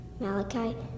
Malachi